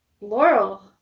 Laurel